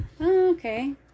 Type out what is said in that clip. Okay